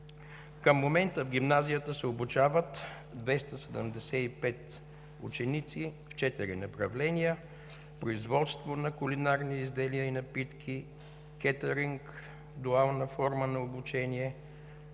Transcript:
Към момента в гимназията се обучават 275 ученици в четири направления: производство на кулинарни изделия и напитки, кетъринг, дуална форма на обучение,